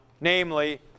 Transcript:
namely